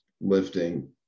lifting